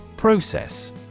Process